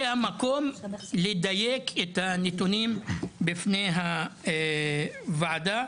המקום לדייק את הנתונים בפני הוועדה,